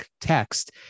text